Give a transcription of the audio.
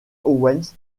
owens